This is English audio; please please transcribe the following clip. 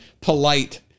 polite